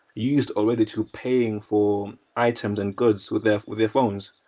used already to paying for items and good with their with their phones.